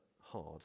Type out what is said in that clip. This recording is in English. hard